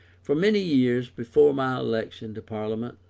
for many years before my election to parliament,